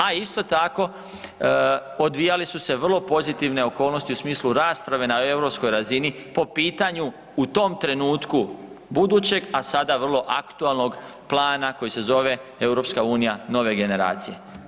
A isto tako odvijale su se vrlo pozitivne okolnosti u smislu rasprave na europskoj razini po pitanju u tom trenutku budućeg, a sada vrlo aktualnog plana koji se zove EU nove generacije.